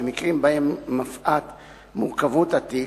במקרים שבהם מפאת מורכבות התיק,